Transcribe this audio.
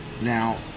now